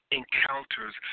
encounters